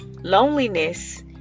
loneliness